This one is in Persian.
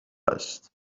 است